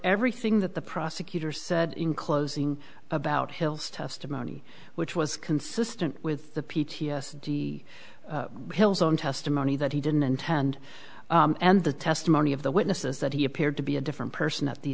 everything that the prosecutor said in closing about hill's testimony which was consistent with the p t s d hill's own testimony that he didn't intend and the testimony of the witnesses that he appeared to be a different person at the